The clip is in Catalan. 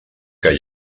que